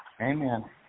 Amen